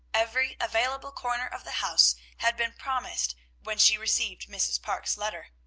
every available corner of the house had been promised when she received mrs. parke's letter.